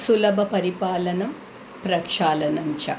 सुलभ परिपालनं प्रक्षालनञ्च